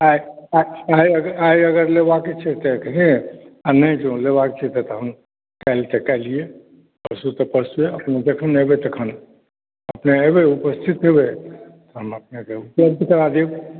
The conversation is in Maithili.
आइ अगर आइ अगर लेबाक छै तऽ अखने नहि जँ लेबाक छै तऽ काल्हि तऽ काल्हिये परसूँ तऽ परसूँए अपने जखन एबै तखन अपने एबै उपस्थित होयबै हम अपनेक तुरंत करा देब